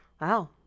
Wow